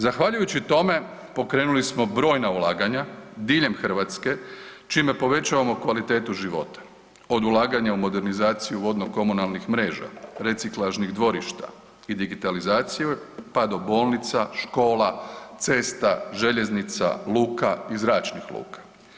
Zahvaljujući tome pokrenuli smo brojna ulaganja diljem Hrvatske čime povećavamo kvalitetu život od ulaganja u modernizaciju vodno komunalnih mreža, reciklažnih dvorišta i digitalizacije pa do bolnica, škola, cesta, željeznica, luka i zračnih luka.